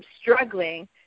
struggling